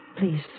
Please